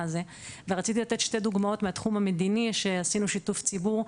ורציתי לתת שני דוגמאות מהתחום המדיני שעשינו שיתוף ציבור,